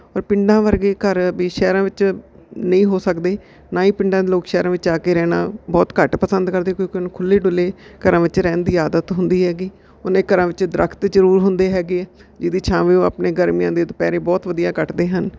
ਔਰ ਪਿੰਡਾਂ ਵਰਗੇ ਘਰ ਵੀ ਸ਼ਹਿਰਾਂ ਵਿੱਚ ਨਹੀਂ ਹੋ ਸਕਦੇ ਨਾ ਹੀ ਪਿੰਡਾਂ ਦੇ ਲੋਕ ਸ਼ਹਿਰਾਂ ਵਿੱਚ ਆ ਕੇ ਰਹਿਣਾ ਬਹੁਤ ਘੱਟ ਪਸੰਦ ਕਰਦੇ ਕਿਉਂਕਿ ਉਹਨੂੰ ਖੁੱਲ੍ਹੇ ਡੁੱਲੇ ਘਰਾਂ ਵਿੱਚ ਰਹਿਣ ਦੀ ਆਦਤ ਹੁੰਦੀ ਹੈਗੀ ਉਹਨਾਂ ਦੇ ਘਰਾਂ ਵਿੱਚ ਦਰੱਖਤ ਜ਼ਰੂਰ ਹੁੰਦੇ ਹੈਗੇ ਜਿਹਦੀ ਛਾਵੇਂ ਉਹ ਆਪਣੇ ਗਰਮੀਆਂ ਦੇ ਦੁਪਹਿਰੇ ਬਹੁਤ ਵਧੀਆ ਕੱਟਦੇ ਹਨ